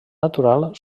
natural